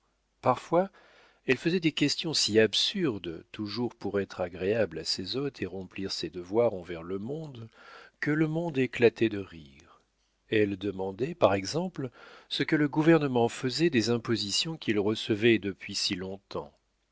parfois elle faisait des questions si absurdes toujours pour être agréable à ses hôtes et remplir ses devoirs envers le monde que le monde éclatait de rire elle demandait par exemple ce que le gouvernement faisait des impositions qu'il recevait depuis si long-temps